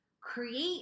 create